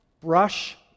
brush